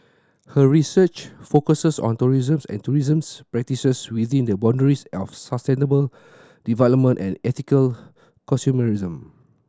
her research focuses on tourism and tourism's practices within the boundaries of sustainable development and ethical consumerism